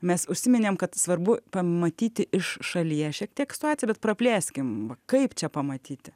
mes užsiminėm kad svarbu pamatyti iš šalies šiek tiek situaciją bet praplėskim kaip čia pamatyti